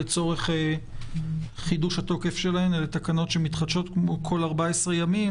לצורך חידוש התוקף שלהן כי אלה תקנות שמתחדשות כל 14 ימים,